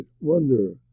wonder